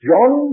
John